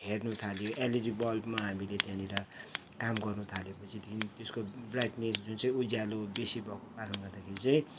हेर्नु थाल्यो एलइडी बल्बमा हामीले त्यहाँनिर काम गर्न थालेपछिदेखि तेत्यसको ब्राइटनेस् जुन चाहिँ उज्यालो बेसी भएको कारणले गर्दाखेरि चाहिँ